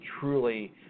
truly